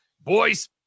Boys